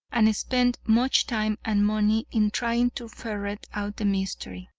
and spent much time and money in trying to ferret out the mystery.